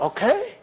Okay